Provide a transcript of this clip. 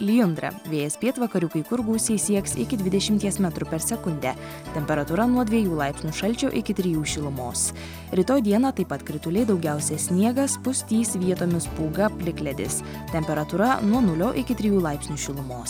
lijundra vėjas pietvakarių kai kur gūsiai sieks iki dvidešimties metrų per sekundę temperatūra nuo dviejų laipsnių šalčio iki trijų šilumos rytoj dieną taip pat krituliai daugiausia sniegas pustys vietomis pūga plikledis temperatūra nuo nulio iki trijų laipsnių šilumos